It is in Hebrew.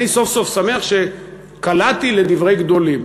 אני סוף-סוף שמח שקלעתי לדברי גדולים,